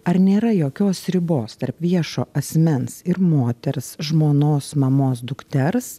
ar nėra jokios ribos tarp viešo asmens ir moters žmonos mamos dukters